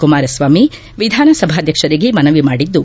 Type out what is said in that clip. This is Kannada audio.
ಕುಮಾರಸ್ವಾಮಿ ವಿಧಾನಸಭಾಧ್ವಕ್ಷರಿಗೆ ಮನವಿ ಮಾಡಿದ್ದು